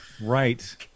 Right